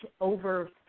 over